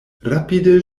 rapide